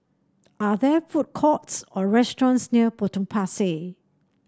are there food courts or restaurants near Potong Pasir